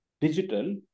digital